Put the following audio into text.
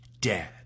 dead